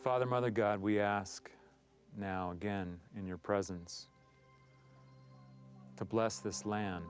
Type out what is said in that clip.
father mother god we ask now again in your presence to bless this land